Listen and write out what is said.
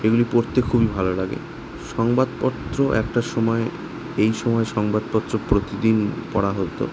এইগুলি পড়তে খুবই ভালো লাগে সংবাদপত্র একটা সময় এই সময় সংবাদপত্র প্রতিদিন পড়া হতো